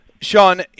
Sean